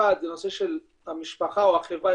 אחת זה הנושא של המשפחה או החברה,